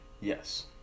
yes